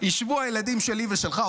ישבו הילדים שלי ושלך,